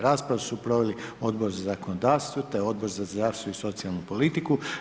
Raspravu su proveli Odbor za zakonodavstvo, te Odbor za zdravstvo i socijalnu politiku.